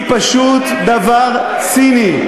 היא פשוט דבר ציני.